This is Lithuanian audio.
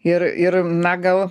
ir ir na gal